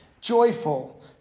joyful